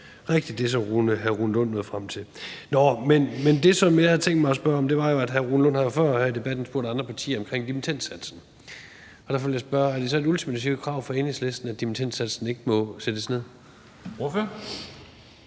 sige, at det, hr. Rune Lund nåede frem til, ikke er rigtigt. Nå, men det, som jeg havde tænkt mig at spørge om, var dimittendsatsen. Hr. Rune Lund har jo før her i debatten spurgt andre partier om dimittendsatsen, og derfor vil jeg spørge, om det er et ultimativt krav for Enhedslisten, at dimittendsatsen ikke må sættes ned. Kl.